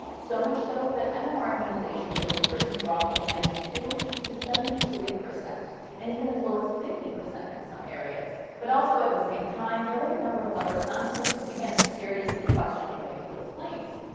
so much so that um mmr immunization rates in britain dropped from ninety two to seventy three, and even as low as fifty percent in some areas. but also at the same time, there were a number of other scientists who began seriously questioning wakefield's claims.